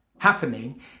happening